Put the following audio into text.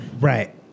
right